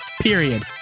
period